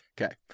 Okay